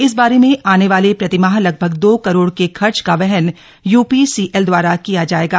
इस पर आने वाले प्रतिमाह लगभग दो करोड़ के खर्च का वहन यूपीसीएल दवारा किया जाएगा